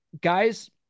guys